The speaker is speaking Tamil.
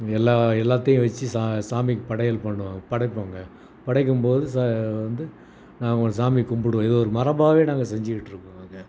எல்லா எல்லாத்தையும் வச்சு சா சாமிக்கு படையல் பண்ணுவோம் படைப்போங்க படைக்கும்போது ச வந்து நாங்கள் சாமி கும்பிடுவோம் இதை ஒரு மரபாகவே நாங்கள் செஞ்சிக்கிட்டிருக்கோங்க